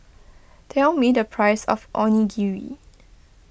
tell me the price of Onigiri